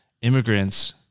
immigrants